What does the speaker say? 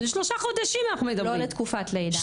לא לתקופת לידה.